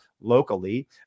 locally